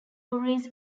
ovaries